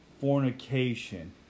fornication